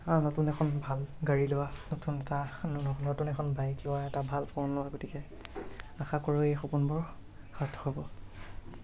নতুন এখন ভাল গাড়ী লোৱাৰ নতুন এটা নতুন এখন বাইক লোৱা এটা ভাল ফোন লোৱাৰ গতিকে আশা কৰোঁ এই সপোনবোৰ সাৰ্থক হ'ব